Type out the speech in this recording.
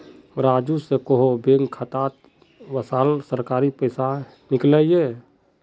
राजू स कोहो बैंक खातात वसाल सरकारी पैसा निकलई ले